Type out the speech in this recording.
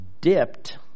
dipped